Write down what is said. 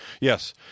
Yes